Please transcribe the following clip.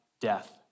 death